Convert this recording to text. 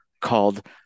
Called